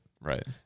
right